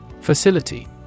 Facility